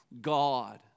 God